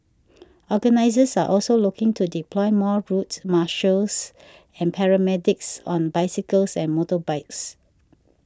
organisers are also looking to deploy more route marshals and paramedics on bicycles and motorbikes